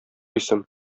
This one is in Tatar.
исем